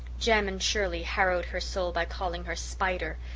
jem and shirley harrowed her soul by calling her spider.